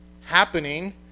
happening